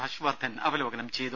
ഹർഷ് വർധൻ അവലോകനം ചെയ്തു